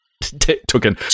Taken